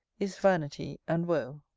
is vanity and woe.